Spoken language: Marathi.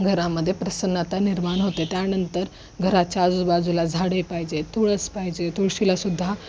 घरामध्ये प्रसन्नता निर्माण होते त्यानंतर घराच्या आजूबाजूला झाडे पाहिजे तुळस पाहिजे तुळशीलासुद्धा